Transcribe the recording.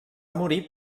morir